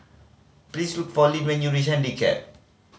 please look for Lyn when you reach Handicap